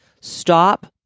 Stop